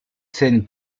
scènes